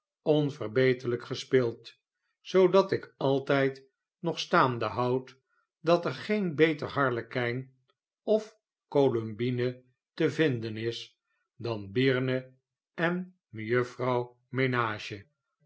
onverbeterlijk gespeeld zoodat ik altijd nog staande houd dat er geen beter harlekijn of colombine te vinden is dan byrne en mejuffrouw menage